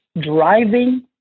driving